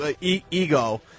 ego